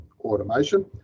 automation